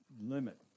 limit